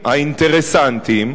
שהקבלנים האינטרסנטים,